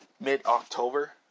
mid-October